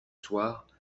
soir